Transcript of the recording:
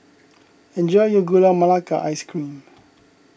enjoy your Gula Melaka Ice Cream